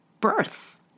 birth